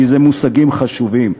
כי אלה מושגים חשובים,